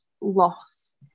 loss